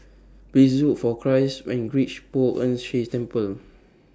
Please Look For Christ when YOU REACH Poh Ern Shih Temple